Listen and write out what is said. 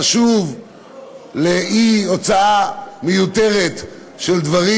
חשוב לאי-הוצאה מיותרת על דברים.